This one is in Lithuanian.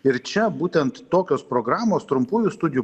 ir čia būtent tokios programos trumpųjų studijų